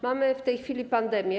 Mamy w tej chwili pandemię.